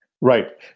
Right